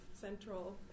central